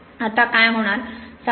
आता काय होणार